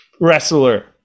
wrestler